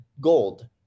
gold